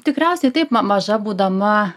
tikriausiai taip ma maža būdama